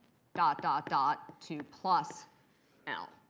dot, dot, dot to plus l.